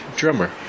drummer